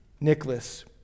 Nicholas